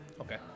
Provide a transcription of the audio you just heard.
Okay